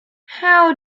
how